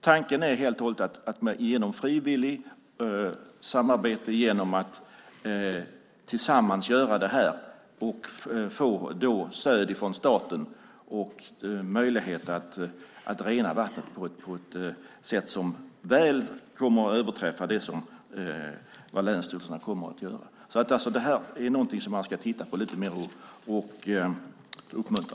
Tanken är helt och hållet att genom frivilligt arbete göra det här tillsammans och få stöd från staten och möjlighet att rena vatten på ett sätt som väl kommer att överträffa vad länsstyrelserna kommer att göra. Det här är något man ska titta på lite mer och uppmuntra.